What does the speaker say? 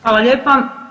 Hvala lijepa.